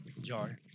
jar